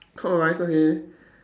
clockwise okay